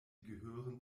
gehören